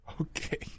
Okay